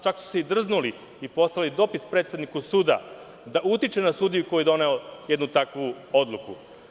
Čak su se i drznuli i poslali dopis predsedniku suda da utiče na sudiju koji je doneo jednu takvu odluku.